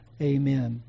Amen